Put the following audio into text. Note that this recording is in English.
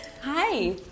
Hi